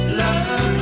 love